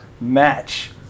match